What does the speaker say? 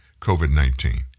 COVID-19